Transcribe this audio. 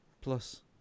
Plus